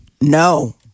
No